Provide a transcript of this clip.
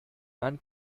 man